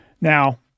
Now